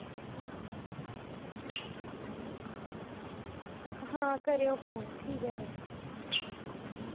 आं करेओ फोन ठीक ऐ फिर